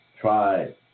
Try